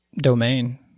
domain